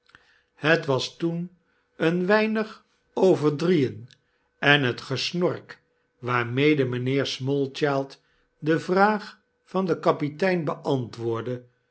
het was toen een weinig over drieen en het gesnork waarmede mynheer smallchild de vraag van den kapitein beantwoordde